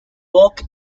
walk